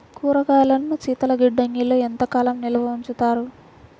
కూరగాయలను శీతలగిడ్డంగిలో ఎంత కాలం నిల్వ ఉంచుతారు?